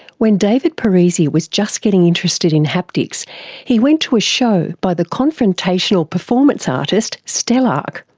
when david parisi was just getting interested in haptics he went to a show by the confrontational performance artist stelarc,